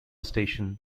station